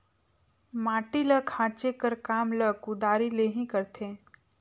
माटी ल खाचे कर काम ल कुदारी ले ही करथे